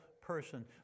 person